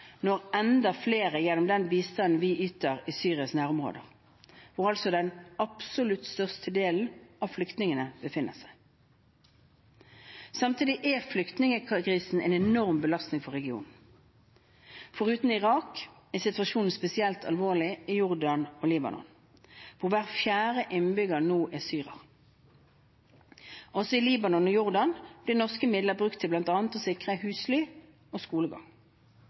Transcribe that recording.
når enda flere gjennom den bistanden vi yter i Syrias nærområder, hvor den absolutt største delen av flyktningene befinner seg. Samtidig er flyktningkrisen en enorm belastning for regionen. Foruten Irak er situasjonen spesielt alvorlig i Jordan og Libanon, hvor hver fjerde innbygger nå er syrer. Også i Libanon og Jordan blir norske midler brukt til bl.a. å sikre husly og skolegang.